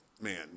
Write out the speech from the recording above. man